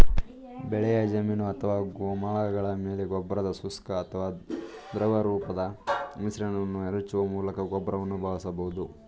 ಬೆಳೆಯ ಜಮೀನು ಅಥವಾ ಗೋಮಾಳಗಳ ಮೇಲೆ ಗೊಬ್ಬರದ ಶುಷ್ಕ ಅಥವಾ ದ್ರವರೂಪದ ಮಿಶ್ರಣವನ್ನು ಎರಚುವ ಮೂಲಕ ಗೊಬ್ಬರವನ್ನು ಬಳಸಬಹುದು